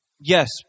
Yes